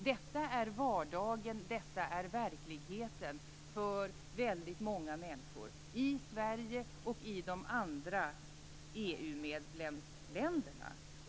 Detta är vardagen, detta är verkligheten för väldigt många människor i Sverige och i de andra EU länderna.